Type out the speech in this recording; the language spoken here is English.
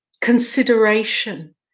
consideration